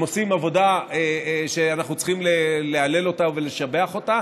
הם עושים עבודה שאנחנו צריכים להלל אותה ולשבח אותה,